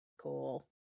cool